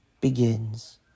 begins